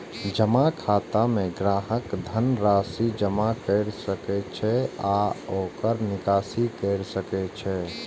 जमा खाता मे ग्राहक धन राशि जमा कैर सकै छै आ ओकर निकासी कैर सकै छै